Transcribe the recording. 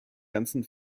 ganzen